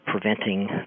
preventing